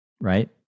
right